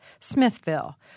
Smithville